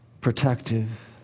protective